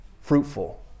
fruitful